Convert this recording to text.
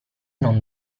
non